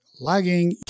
lagging